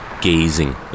gazing